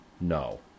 No